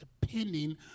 depending